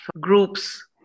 groups